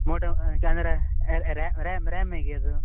Moto camera RAM RAM ಹೇಗೆ ಅದು